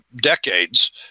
decades